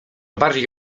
bardziej